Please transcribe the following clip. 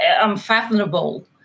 unfathomable